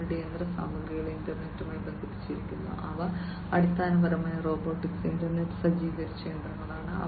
അവരുടെ യന്ത്രസാമഗ്രികൾ ഇന്റർനെറ്റുമായി ബന്ധിപ്പിച്ചിരിക്കുന്നു അവ അടിസ്ഥാനപരമായി റോബോട്ടിക് ഇന്റർനെറ്റ് സജ്ജീകരിച്ച യന്ത്രങ്ങളാണ്